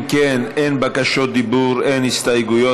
אם כן, אין בקשות דיבור, אין הסתייגויות.